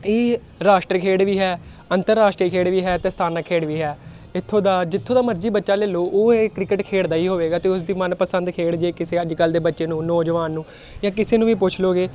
ਇਹ ਰਾਸ਼ਟਰ ਖੇਡ ਵੀ ਹੈ ਅੰਤਰਰਾਸ਼ਟਰੀ ਖੇਡ ਵੀ ਹੈ ਅਤੇ ਸਥਾਨਕ ਖੇਡ ਵੀ ਹੈ ਇੱਥੋਂ ਦਾ ਜਿੱਥੋਂ ਦਾ ਮਰਜ਼ੀ ਬੱਚਾ ਲੈ ਲਓ ਉਹ ਇਹ ਕ੍ਰਿਕਟ ਖੇਡਦਾ ਹੀ ਹੋਵੇਗਾ ਅਤੇ ਉਸ ਦੀ ਮਨ ਪਸੰਦ ਖੇਡ ਜੇ ਕਿਸੇ ਅੱਜ ਕੱਲ੍ਹ ਦੇ ਬੱਚੇ ਨੂੰ ਨੌਜਵਾਨ ਨੂੰ ਜਾਂ ਕਿਸੇ ਨੂੰ ਵੀ ਪੁੱਛ ਲਓਗੇ